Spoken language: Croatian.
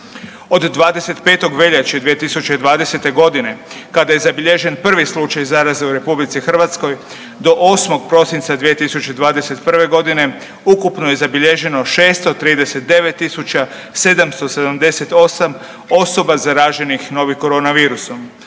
Od 25. veljače 2020. godine kada je zabilježen prvi slučaj zaraze u RH do 8. prosinca 2021. godine ukupno je zabilježeno 639.778 osoba zaraženih novim korona virusom.